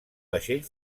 vaixell